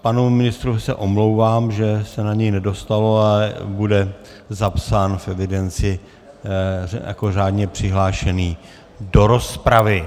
Panu ministru se omlouvám, že se na něj nedostalo, ale bude zapsán v evidenci jako řádně přihlášený do rozpravy.